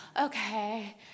okay